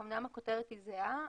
אמנם הכותרת היא זהה,